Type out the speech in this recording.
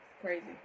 Crazy